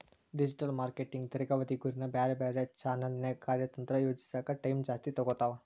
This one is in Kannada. ಡಿಜಿಟಲ್ ಮಾರ್ಕೆಟಿಂಗ್ ದೇರ್ಘಾವಧಿ ಗುರಿನ ಬ್ಯಾರೆ ಬ್ಯಾರೆ ಚಾನೆಲ್ನ್ಯಾಗ ಕಾರ್ಯತಂತ್ರ ಯೋಜಿಸೋಕ ಟೈಮ್ ಜಾಸ್ತಿ ತೊಗೊತಾವ